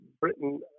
Britain